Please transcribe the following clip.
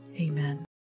Amen